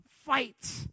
Fight